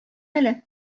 әле